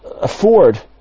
afford